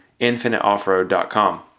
InfiniteOffroad.com